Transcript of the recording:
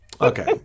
Okay